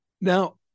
Now